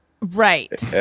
Right